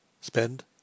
Spend